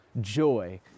Joy